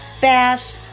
bash